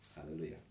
Hallelujah